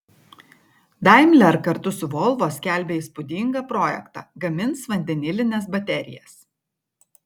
daimler kartu su volvo skelbia įspūdingą projektą gamins vandenilines baterijas